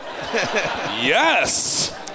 Yes